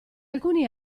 alcuni